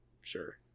Sure